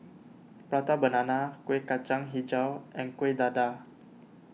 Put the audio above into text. Prata Banana Kueh Kacang HiJau and Kuih Dadar